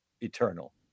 eternal